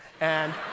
And-